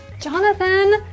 Jonathan